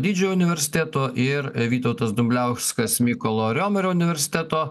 didžiojo universiteto ir vytautas dumbliauskas mykolo riomerio universiteto